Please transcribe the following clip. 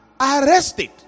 arrested